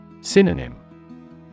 Synonym